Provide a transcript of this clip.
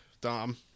Dom